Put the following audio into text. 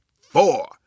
four